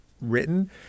Written